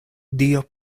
dio